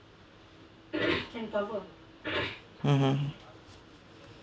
mmhmm